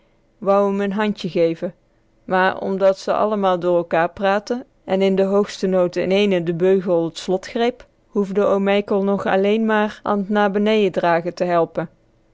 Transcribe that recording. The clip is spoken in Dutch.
wou m n handje geven maar omdat ze allemaal door mekaar praatten en in de hoogste nood ineene de beugel t slot greep hoefde oom mijkel nog alleen maar an t na benejen dragen te helpen